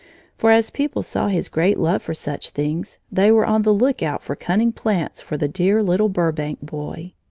for as people saw his great love for such things, they were on the lookout for cunning plants for the dear little burbank boy.